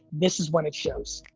this is when it shows.